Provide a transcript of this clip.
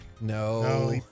No